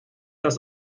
das